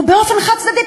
באופן חד-צדדי,